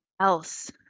else